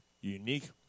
unique